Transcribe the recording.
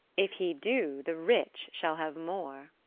if he do, the rich shall have more.